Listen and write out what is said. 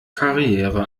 karriere